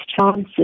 chances